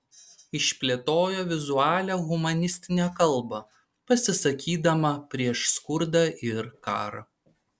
išplėtojo vizualią humanistinę kalbą pasisakydama prieš skurdą ir karą